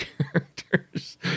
characters